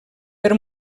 per